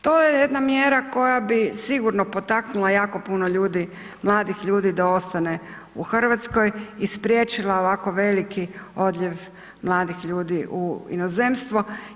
To je jedna mjera koja bi sigurno potaknula jako puno ljudi, mladih ljudi da ostane u Hrvatskoj i spriječila ovako veliki odljev mladih ljudi u inozemstvo.